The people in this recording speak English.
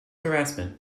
harassment